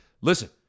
listen